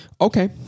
Okay